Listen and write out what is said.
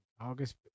August